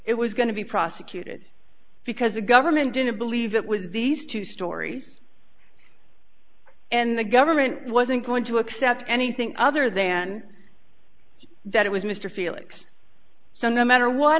it was going to be prosecuted because the government didn't believe it was these two stories and the government wasn't going to accept anything other than that it was mr felix so no matter what